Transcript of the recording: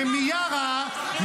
ומיארה,